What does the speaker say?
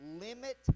Limit